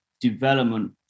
development